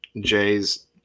Jay's